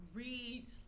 read